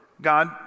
God